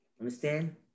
Understand